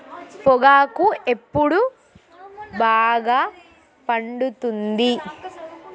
పొగాకు ఎప్పుడు బాగా పండుతుంది?